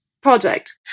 project